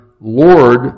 Lord